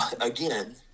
again